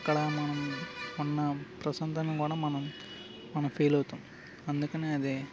అక్కడ మనం ఉన్న ప్రశాంతాన్ని కూడా మనం మనం ఫీల్ అవుతాము అందుకనే అది